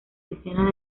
decenas